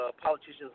politicians